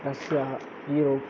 Russia Europe